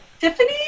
Tiffany